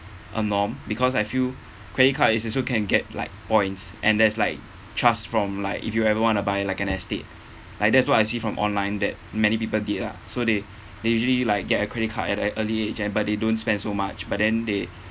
a norm because I feel credit card is also can get like points and there's like trust from like if you ever want to buy like an estate like that's what I see from online that many people did lah so they they usually like get a credit card at that early age and but they don't spend so much but then they